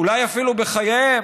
אולי אפילו בחייהם.